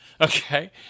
okay